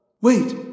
Wait